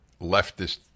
leftist